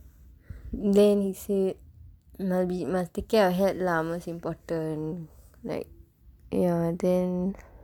then he say must be must take care of head most important like ya and then